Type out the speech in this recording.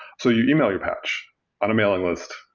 so you email your path on a mailing list,